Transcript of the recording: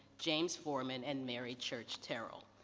james foreman, and mary church terrell.